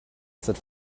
that